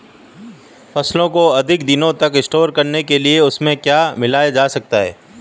फसलों को अधिक दिनों तक स्टोर करने के लिए उनमें क्या मिलाया जा सकता है?